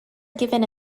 given